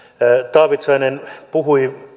taavitsainen puhui